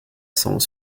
cent